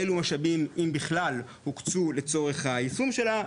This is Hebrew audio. אלו משאבים אם בכלל הוקצו ליישום שלה,